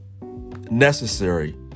necessary